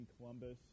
Columbus